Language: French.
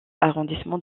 arrondissement